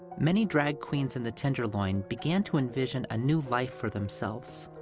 many drag queens in the tenderloin began to envision a new life for themselves,